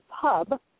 Pub